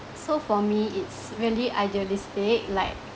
so for me it's really idealistic like